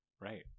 Right